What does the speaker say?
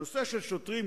הנושא של שוטרים,